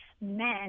men